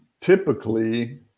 Typically